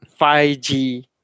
5G